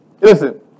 listen